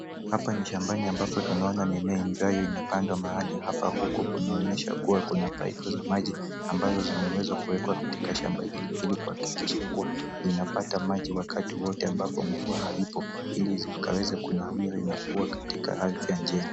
Hapa ni shambani ambapo tunaona mimea ambayo imepandwa mahali hapa huko kunaonyeshwa kuwa kuna pipe za maji ambazo zimewezwa kuwekwa katika shamba hili ili kuhakikisha kuwa vinapata maji wakati wote ambapo mvua haipo ili zikaweza kunawiri na kuwa katika afya njema.